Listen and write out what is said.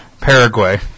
Paraguay